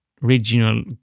regional